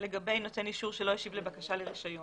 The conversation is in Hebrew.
לגבי נותן אישור שלא השיב לבקשה לרישיון.